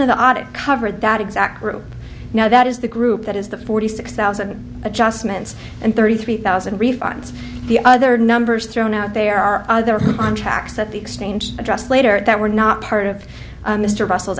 of the audit covered that exactly now that is the group that is the forty six thousand adjustments and thirty three thousand refunds the other numbers thrown out there are other contracts that the exchange addressed later that were not part of mr russel